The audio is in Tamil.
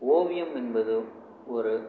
ஓவியம் என்பது ஒரு